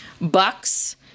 bucks